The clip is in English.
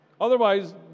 Otherwise